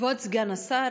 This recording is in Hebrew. כבוד סגן השר,